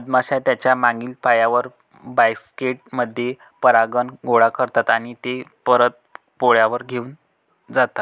मधमाश्या त्यांच्या मागील पायांवर, बास्केट मध्ये परागकण गोळा करतात आणि ते परत पोळ्यावर घेऊन जातात